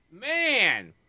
man